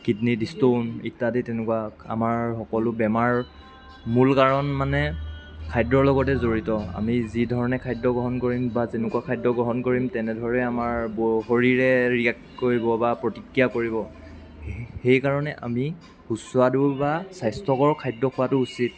কিডনিত stone ইত্যাদি তেনেকুৱা আমাৰ সকলো বেমাৰ মূল কাৰণ মানে খাদ্যৰ লগতে জড়িত আমি যি ধৰণে খাদ্য গ্ৰহণ কৰিম বা যেনেকুৱা খাদ্য গ্ৰহণ কৰিম তেনেদৰে আমাৰ ব শৰীৰে ৰিয়েক্ট কৰিব বা প্ৰতিক্ৰিয়া কৰিব সেইকাৰণে আমি সুস্বাদু বা স্বাস্থ্যকৰ খাদ্য খোৱাটো উচিত